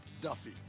Duffy